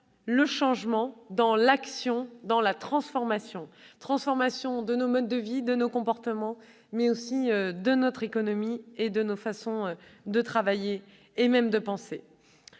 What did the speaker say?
aujourd'hui, dans l'action, dans la transformation de nos modes de vie et de nos comportements, mais aussi de notre économie, de nos façons de travailler et même de penser.